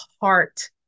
heart